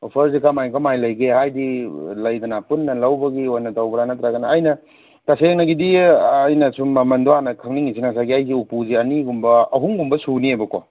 ꯑꯣꯐꯔꯖꯦ ꯀꯃꯥꯏ ꯀꯃꯥꯏ ꯂꯩꯒꯦ ꯍꯥꯏꯗꯤ ꯂꯩꯗꯅ ꯄꯨꯟꯅ ꯂꯧꯕꯒꯤ ꯑꯣꯏꯅ ꯇꯧꯕ꯭ꯔꯥ ꯅꯠꯇ꯭ꯔꯒꯅ ꯑꯩꯅ ꯇꯁꯦꯡꯅꯒꯤꯗꯤ ꯑꯩꯅ ꯁꯨꯝ ꯃꯃꯟꯗꯣ ꯍꯥꯟꯅ ꯈꯪꯅꯤꯡꯉꯤꯁꯤꯅ ꯑꯩꯖꯨ ꯎꯄꯨꯖꯦ ꯑꯅꯤꯒꯨꯝꯕ ꯑꯍꯨꯝꯒꯨꯝꯕ ꯁꯨꯅꯤꯕꯀꯣ